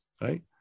right